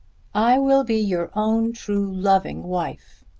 i will be your own true loving wife.